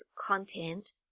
content